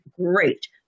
great